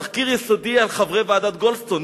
תחקיר יסודי על חברי ועדת גולדסטון,